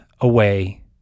away